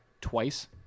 twice